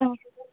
अँ